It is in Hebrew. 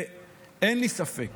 ואין לי ספק